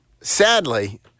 sadly